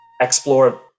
explore